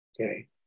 Okay